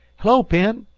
hello, penn!